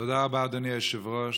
תודה רבה, אדוני היושב-ראש.